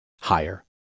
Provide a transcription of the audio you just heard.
higher